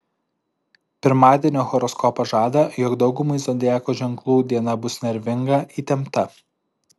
pirmadienio horoskopas žada jog daugumai zodiakų ženklų diena bus nervinga įtempta